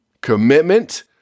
commitment